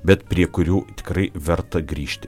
bet prie kurių tikrai verta grįžti